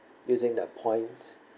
using the points